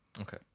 Okay